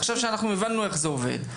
עכשיו כשהבנו איך זה עובד,